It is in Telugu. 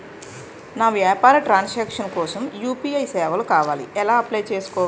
నా వ్యాపార ట్రన్ సాంక్షన్ కోసం యు.పి.ఐ సేవలు కావాలి ఎలా అప్లయ్ చేసుకోవాలి?